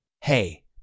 Hey